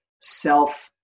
self